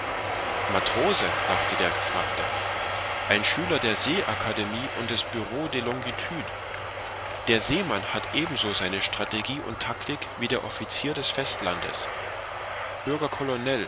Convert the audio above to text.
matrose lachte der gefragte ein schüler der see akademie und des bureau des longitudes der seemann hat ebenso seine strategie und taktik wie der offizier des festlandes